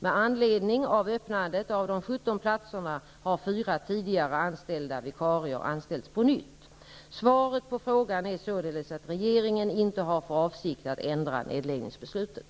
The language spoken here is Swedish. Med anledning av öppnandet av de 17 platserna har fyra tidigare anställda vikarier anställts på nytt. Svaret på frågan är således att regeringen inte har för avsikt att ändra nedläggningsbeslutet.